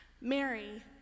Mary